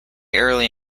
early